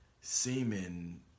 semen